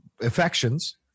affections